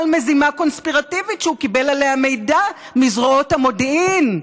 מזימה קונספירטיבית שהוא קיבל עליה מידע מזרועות המודיעין.